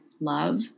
love